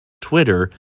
Twitter